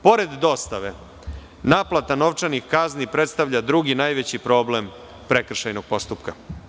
Pored dostave, naplata novčanih kazni predstavlja drugi najveći problem prekršajnog postupka.